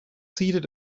seated